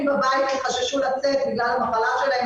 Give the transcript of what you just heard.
או גם ביום אבל ימשכו גם לתוך הלילה.